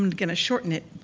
and gonna shorten it,